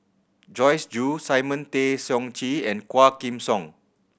Joyce Jue Simon Tay Seong Chee and Quah Kim Song